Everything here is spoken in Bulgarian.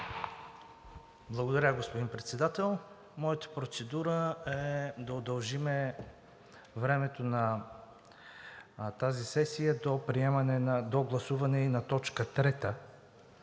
Благодаря, господин Председател. Моята процедура е да удължим времето на тази сесия до гласуване и на т.